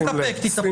תודה